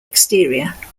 exterior